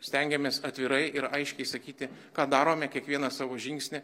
stengiamės atvirai ir aiškiai sakyti ką darome kiekvieną savo žingsnį